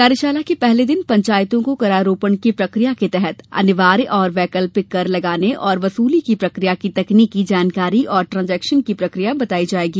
कार्यशाला के पहले दिन पंचायतों को करारोपण की प्रक्रिया के तहत अनिवार्य और वैकल्पिक कर लगाने और वसूली की प्रक्रिया की तकनीकी जानकारी और ट्रांजेक्शन की प्रक्रिया बताई जायेगी